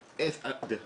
הזה.